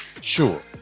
Sure